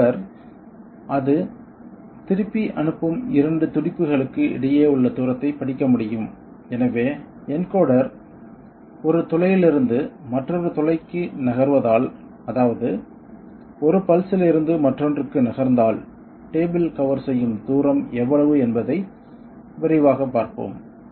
encoder அது திருப்பி அனுப்பும் இரண்டு துடிப்புகளுக்கு இடையே உள்ள தூரத்தைப் படிக்க முடியும் எனவே என்கோடர் ஒரு துளையிலிருந்து மற்றொரு துளைக்கு நகர்ந்தால் அதாவது ஒரு பல்ஸ் இல் இருந்து மற்றொன்றுக்கு நகர்ந்தால் டேபிள் கவர் செய்யும் தூரம் எவ்வளவு என்பதை விரைவாகப் பார்ப்போம்